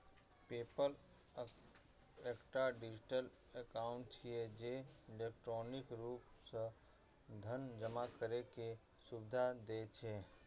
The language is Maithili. पेपल एकटा डिजिटल एकाउंट छियै, जे इलेक्ट्रॉनिक रूप सं धन जमा करै के सुविधा दै छै